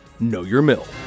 KnowYourMill